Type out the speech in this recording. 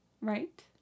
Right